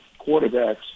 quarterbacks